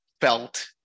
felt